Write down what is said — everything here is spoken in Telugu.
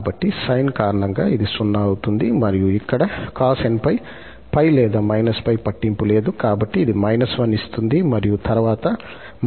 కాబట్టి సైన్ కారణంగా ఇది 0 అవుతుంది మరియు ఇక్కడ cos 𝑛𝜋 𝜋 లేదా − 𝜋 పట్టింపు లేదు కాబట్టి ఇది −1 ఇస్తుంది మరియు తరువాత −12𝑛 ఇప్పటికే ఉంది